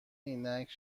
عینک